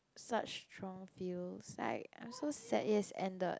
such strong feels like I'm so sad it ended